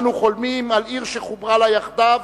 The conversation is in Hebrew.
אנו חולמים על עיר שחוברה לה יחדיו,